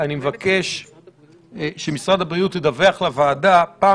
אני מבקש שמשרד הבריאות ידווח לוועדה פעם